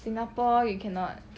singapore you cannot